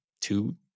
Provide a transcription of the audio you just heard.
two